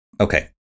Okay